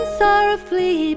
sorrowfully